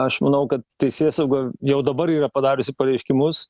aš manau kad teisėsauga jau dabar yra padariusi pareiškimus